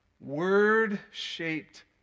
word-shaped